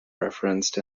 referenced